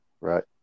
right